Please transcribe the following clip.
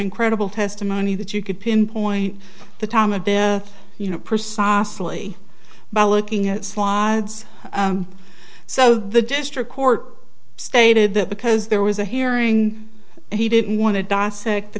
incredible testimony that you could pinpoint the time of day you know precisely by looking at slides so the district court stated that because there was a hearing he didn't want to dissect the